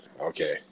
Okay